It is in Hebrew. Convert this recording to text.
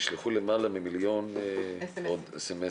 שנשלחו למעלה ממיליון סמס-ים.